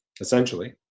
essentially